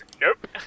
Nope